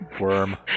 Worm